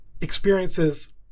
experiences